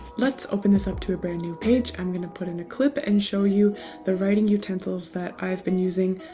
let's open this up to a brand new page, i'm gonna put in a clip and show you the writing utensils that i've been using,